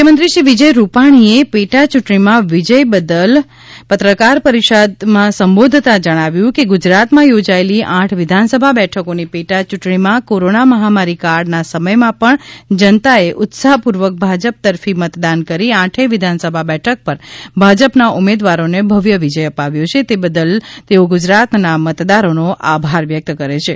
મુખ્યમંત્રીશ્રી વિજય રૂપાણીએ પેટાચૂંટણીમાં વિજય બાદ પત્રકાર પરિષદને સંબોધતાં જણાવ્યું કે ગુજરાતમાં યોજાયેલી આઠ વિધાનસભા બેઠકોની પેટાચૂંટણીમાં કોરોના મહામારીકાળના સમયમાં પણ જનતાએ ઉત્સાફપૂર્વક ભાજપા તરફી મતદાન કરી આઠેય વિધાનસભા બેઠકો પર ભાજપના ઉમેદવારોને ભવ્ય વિજય અપાવ્યો છે તે બદલ હું ગુજરાતના મતદારોનો આભાર વ્યક્ત કરું છું